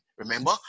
Remember